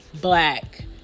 black